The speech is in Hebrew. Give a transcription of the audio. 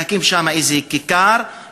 להקים שם איזו כיכר,